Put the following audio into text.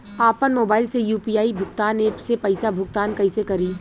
आपन मोबाइल से यू.पी.आई भुगतान ऐपसे पईसा भुगतान कइसे करि?